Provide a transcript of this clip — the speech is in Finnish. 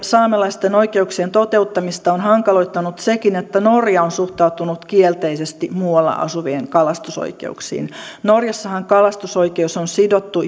saamelaisten oikeuksien toteuttamista on on hankaloittanut sekin että norja on suhtautunut kielteisesti muualla asuvien kalastusoikeuksiin norjassahan kalastusoikeus on sidottu